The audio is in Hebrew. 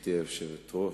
גברתי היושבת-ראש,